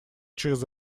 через